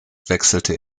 wechselte